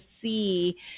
see